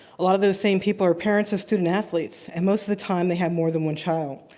a lot of those same people are parents of student athletes. and most of the time they have more than one child.